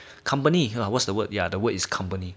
company what's the word ya the word is company